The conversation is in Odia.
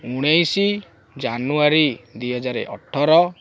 ଉଣେଇଶ ଜାନୁଆରୀ ଦୁଇହଜାର ଅଠର